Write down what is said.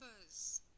numbers